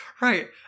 Right